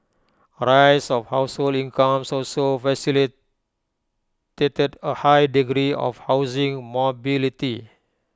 A rise of household incomes also facilitated A high degree of housing mobility